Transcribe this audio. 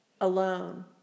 alone